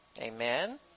Amen